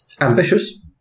Ambitious